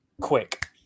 quick